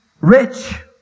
rich